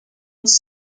was